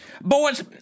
Boys